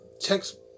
text